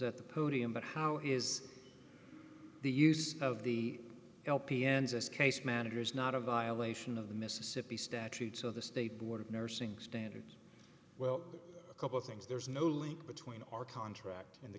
at the podium but how is the use of the l p n's us case manager is not a violation of the mississippi statutes of the state board of nursing standards well a couple things there's no link between our contract in the